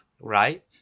Right